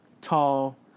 tall